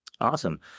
Awesome